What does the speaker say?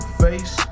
face